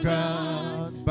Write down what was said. God